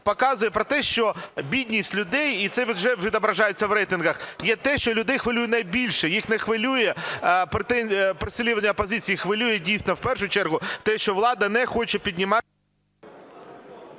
показує те, що бідність людей, і це вже відображається в рейтингах, є те, що людей хвилює найбільше. Їх не хвилює переслідування опозиції, їх хвилює дійсно в першу чергу те, що влада не хоче піднімати…